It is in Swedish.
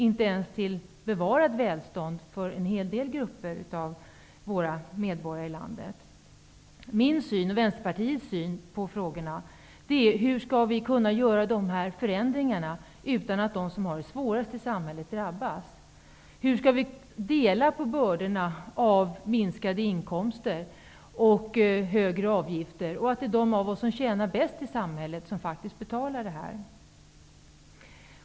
För en hel del grupper i landet leder den inte ens till bevarat välstånd. Vänsterpartiets ställer sig frågan hur vi skall göra dessa förändringar utan att de som har det svårast i samhället drabbas och hur vi skall dela de bördor som minskade inkomster och högre avgifter för med sig och få de av oss i samhället som tjänar mest att faktiskt betala detta.